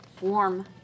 Warm